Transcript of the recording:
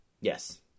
Yes